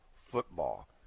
football